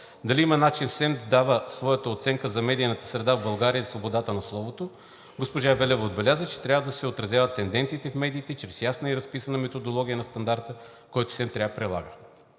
дали има начин СЕМ да дава своята оценка за медиийната среда в България и за свободата на словото. Госпожа Велева отбеляза, че трябва да се отразяват тенденциите в медиите чрез ясна и разписана методология на стандарта, който СЕМ трябва да прилага.